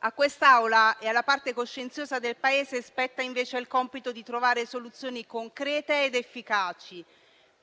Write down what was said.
A questa Assemblea e alla parte coscienziosa del Paese spetta invece il compito di trovare soluzioni concrete ed efficaci